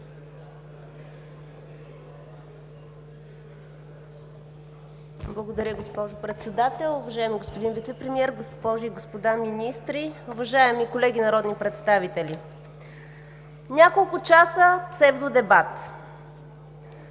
Благодаря, госпожо Председател. Уважаеми господин Вицепремиер, госпожи и господа министри, уважаеми колеги народни представители! Няколко часа следва дебат.